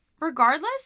regardless